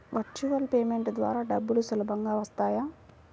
Virtual payment ద్వారా డబ్బులు సులభంగా వస్తాయా?